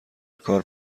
کار